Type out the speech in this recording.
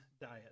Diet